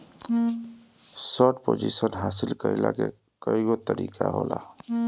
short position हासिल कईला के कईगो तरीका होला